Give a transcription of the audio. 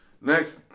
Next